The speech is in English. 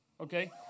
okay